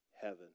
heaven